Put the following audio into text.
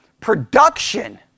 production